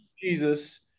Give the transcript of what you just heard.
Jesus